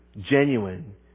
genuine